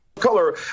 color